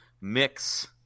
mix